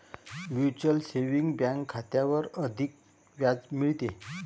mutual saving bank खात्यावर अधिक व्याज मिळते